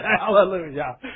Hallelujah